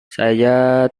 saya